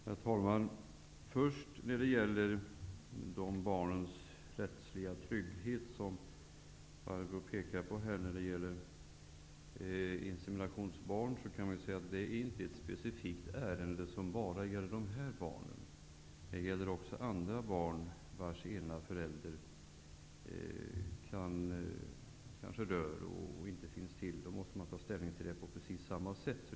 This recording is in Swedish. Herr talman! Barbro Westerholm pekar på den rättsliga tryggheten för inseminationsbarn. Det är inte ett specifikt ärende som bara gäller dessa barn. Det gäller också andra barn vars ena förälder kanske dör. Då måste vi ta ställning till det på precis samma sätt.